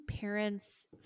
parents